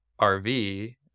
RV